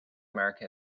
america